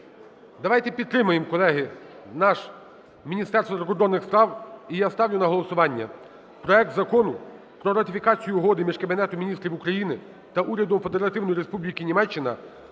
Давайте підтримаємо, колеги, наш… Міністерство закордонних справ. І я ставлю на голосування проект Закону про ратифікацію Угоди між Кабінетом Міністрів України та Урядом Федеративної Республіки Німеччина